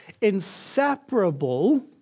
inseparable